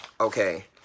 Okay